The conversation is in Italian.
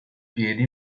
piedi